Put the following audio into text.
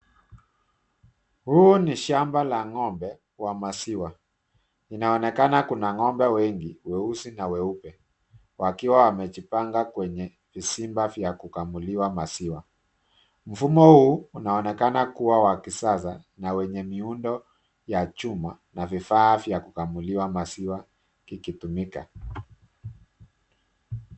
Huu ni shamba la ng'ombe wa maziwa, inaonekana kuna ng'ombe wengi weusi na weupe wakiwa wamejipanga kwenye visiwa vya kukamuliwa maziwa, mfomu huu unaonekana wa kisasa na muundo wa kichuma na vifaa vya kukamiliwa maziwa vikitumika.